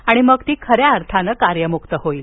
आणि मग ती खऱ्या अर्थानं कार्यमुक्त होईल